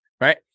right